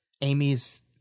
Amy's